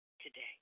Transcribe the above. today